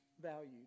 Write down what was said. value